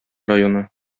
районы